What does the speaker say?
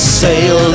sail